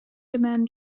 demand